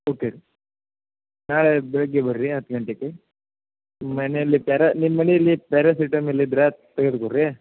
okay ರೀ ನಾಳೆ ಬೆಳಗ್ಗೆ ಬನ್ರಿ ಹತ್ತು ಗಂಟೆಗೆ ನಿಮ್ಮ ಮನೇಲಿ ಪ್ಯಾರ ನಿಮ್ಮ ಮನೇಲಿ ಪ್ಯಾರಸಿಟಮಲ್ ಇದ್ದರೆ ತೆಗೆದುಕೊ ರೀ